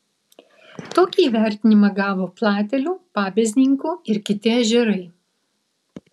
tokį įvertinimą gavo platelių pabezninkų ir kiti ežerai